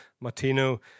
Martino